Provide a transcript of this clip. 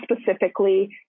specifically